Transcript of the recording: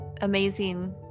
amazing